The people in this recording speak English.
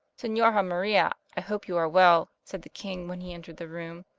senhora maria, i hope you are well said the king when he entered the room.